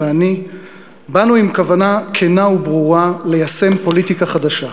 ואני באנו עם כוונה כנה וברורה ליישם פוליטיקה חדשה.